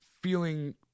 feeling